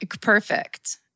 Perfect